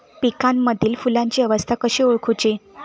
पिकांमदिल फुलांची अवस्था कशी ओळखुची?